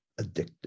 addictive